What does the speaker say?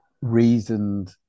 reasoned